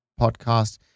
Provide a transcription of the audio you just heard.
podcast